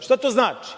Šta to znači?